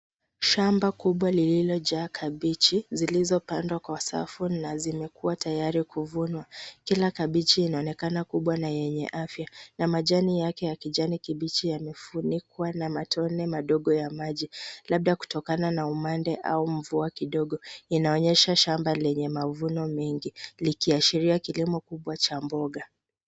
Shamba kubwa lililojaa kabichi zilizopandwa kwa safu na zimekua tayari kuvunwa. Kila kabichi inaonekana safi na yenye afya na majani yake ya kijani kibichi yamefunikwa na matone madogo ya maji labda kutokana na umande au mvua kidogo. Inaonyesha shmaba lenye mavuno mengi likiashiria kilimo kubwa cha mboga.